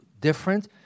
different